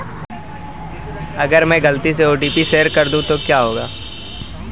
अगर मैं गलती से ओ.टी.पी शेयर कर दूं तो क्या होगा?